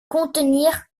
contenir